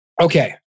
okay